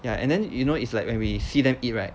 ya and then you know it's like when we see them eat right